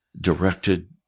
directed